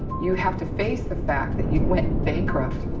you have to face the fact that you went bankrupt.